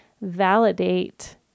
validate